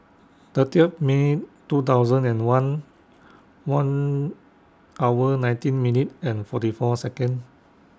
thirtieth May two thousand and one one hour nineteen minute and forty four Second